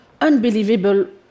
unbelievable